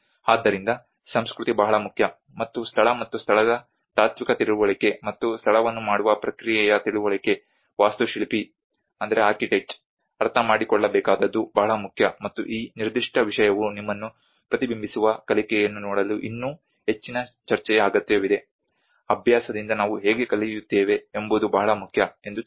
ಆದ್ದರಿಂದ ಸಂಸ್ಕೃತಿ ಬಹಳ ಮುಖ್ಯ ಮತ್ತು ಸ್ಥಳ ಮತ್ತು ಸ್ಥಳದ ತಾತ್ವಿಕ ತಿಳುವಳಿಕೆ ಮತ್ತು ಸ್ಥಳವನ್ನು ಮಾಡುವ ಪ್ರಕ್ರಿಯೆಯ ತಿಳುವಳಿಕೆ ವಾಸ್ತುಶಿಲ್ಪಿ ಅರ್ಥಮಾಡಿಕೊಳ್ಳಬೇಕಾದದ್ದು ಬಹಳ ಮುಖ್ಯ ಮತ್ತು ಈ ನಿರ್ದಿಷ್ಟ ವಿಷಯವು ನಿಮ್ಮನ್ನು ಪ್ರತಿಬಿಂಬಿಸುವ ಕಲಿಕೆಯನ್ನು ನೋಡಲು ಇನ್ನೂ ಹೆಚ್ಚಿನ ಚರ್ಚೆಯ ಅಗತ್ಯವಿದೆ ಅಭ್ಯಾಸದಿಂದ ನಾವು ಹೇಗೆ ಕಲಿಯುತ್ತೇವೆ ಎಂಬುದು ಬಹಳ ಮುಖ್ಯ ಎಂದು ತಿಳಿಯಿರಿ